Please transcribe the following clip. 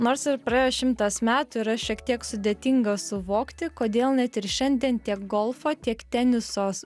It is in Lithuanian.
nors ir praėjo šimtas metų yra šiek tiek sudėtinga suvokti kodėl net ir šiandien tiek golfo tiek teniso